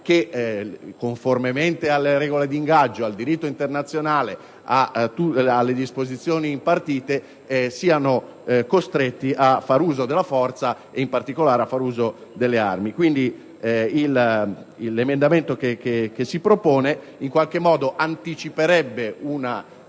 che, conformemente alle regole di ingaggio, al diritto internazionale, alle disposizioni impartite, siano costretti a far uso della forza, e in particolare a far uso delle armi. Quindi, l'emendamento che si propone in qualche modo anticiperebbe una